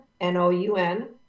N-O-U-N